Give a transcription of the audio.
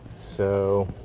so